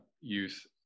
youth